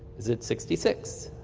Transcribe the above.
is it sixty six?